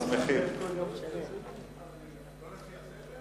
לאלה ששאלו,